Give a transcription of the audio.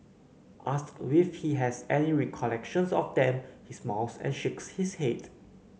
asked if he has any recollections of them he smiles and shakes his head